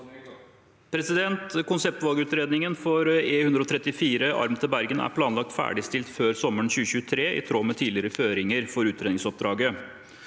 Konseptvalg- utredningen for E134 arm til Bergen er planlagt ferdigstilt før sommeren 2023, i tråd med tidligere føringer for utredningsoppdraget.